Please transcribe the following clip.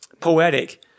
poetic